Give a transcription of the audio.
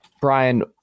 brian